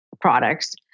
products